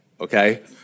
okay